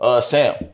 Sam